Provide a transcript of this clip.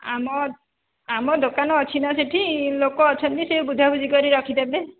ଆମ ଆମ ଦୋକାନ ଅଛି ନା ସେଇଠି ଲୋକ ଅଛନ୍ତି ସିଏ ବୁଝା ବୁଝି କରି ରଖିଦେବେ